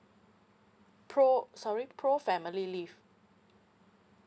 pro sorry pro family leave